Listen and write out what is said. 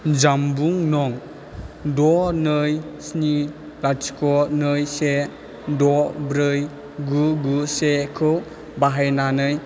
जामबुं नं द' नै स्नि लाथिख' नै से द' ब्रै गु गु से खौ बाहायनानै